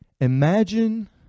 imagine